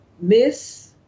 miss